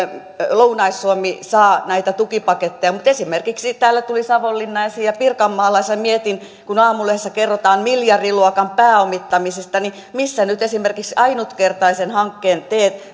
lounais suomi saa näitä tukipaketteja mutta täällä tuli esimerkiksi savonlinna esiin ja pirkanmaalaisena mietin kun aamulehdessä kerrotaan miljardiluokan pääomittamisesta että missä nyt esimerkiksi ainutkertaisen hankkeen